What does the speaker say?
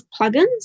plugins